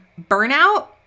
burnout